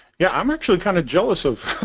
yeah i'm actually kind of jealous of